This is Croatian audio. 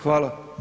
Hvala.